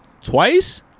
Twice